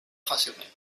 fàcilment